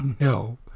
No